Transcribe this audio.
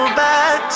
back